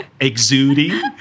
exuding